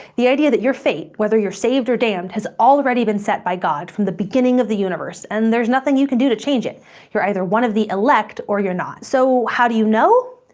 the idea that your fate, whether you're saved or damned, has already been set by god, from the beginning of the universe. and there's nothing you can do to change it you're either one of the elect or you're not. so, how do you know?